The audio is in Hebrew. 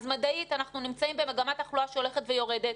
אז מדעית אנחנו נמצאים במגמת תחלואה שהולכת ויורדת.